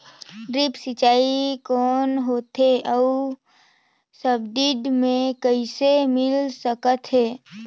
Drip सिंचाई कौन होथे अउ सब्सिडी मे कइसे मिल सकत हे?